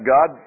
God